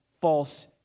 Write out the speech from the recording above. false